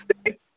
stay